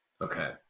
Okay